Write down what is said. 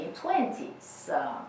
1920s